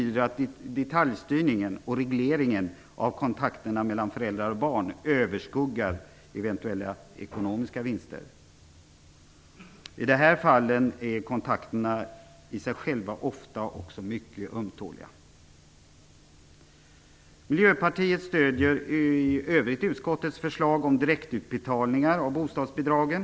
Detaljstyrningen och regleringen av kontakten mellan föräldrar och barn överskuggar eventuella ekonomiska vinster. I de här fallen är kontakterna i sig själva ofta också mycket ömtåliga. I övrigt stöder Miljöpartiet utskottets förslag om direktutbetalningar av bostadsbidragen.